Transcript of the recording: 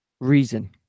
reason